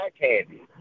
candy